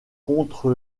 contre